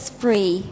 free